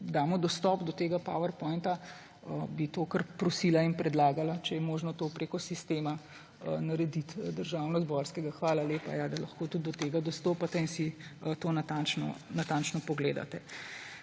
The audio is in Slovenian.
damo dostop do tega powerpointa. Bi to kar prosila in predlagala, če je možno to preko sistema narediti, državnozborskega – hvala lepa –, da lahko tudi do tega dostopate in si to natančno pogledate.